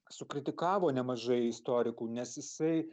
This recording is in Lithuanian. sukritikavo nemažai istorikų nes jisai